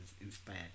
inspired